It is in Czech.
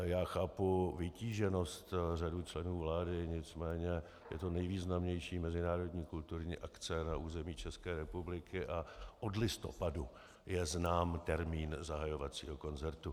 Já chápu vytíženost řady členů vlády, nicméně je to nejvýznamnější mezinárodní kulturní akce na území České republiky a od listopadu je znám termín zahajovacího koncertu.